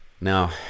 Now